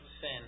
sin